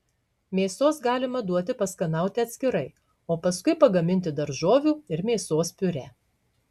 mėsos galima duoti paskanauti atskirai o paskui pagaminti daržovių ir mėsos piurė